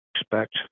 expect